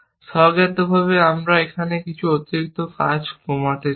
স্বজ্ঞাতভাবে আমি এখানে কিছু অতিরিক্ত কাজ কমাতে চাই